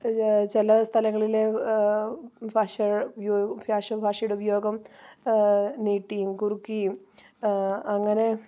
ഇത് ചില സ്ഥലങ്ങളിൽ ഭാഷ ഭാഷയുടെ ഉപയോഗം നീട്ടിയും കുറുക്കിയും അങ്ങനെ